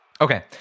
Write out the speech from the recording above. Okay